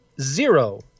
zero